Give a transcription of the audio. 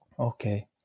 Okay